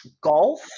Golf